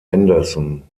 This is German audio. anderson